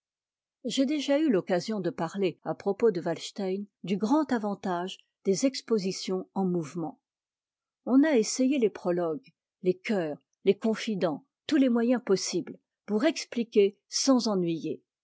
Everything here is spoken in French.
j'ai déjà eu l'occasion de parler à propos de wa stein du grand avantage des expositions en mouvement on a essayé les prologues les choeurs les eonndents tous les moyens possibles pour expliquer sans ennuyer